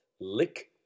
lick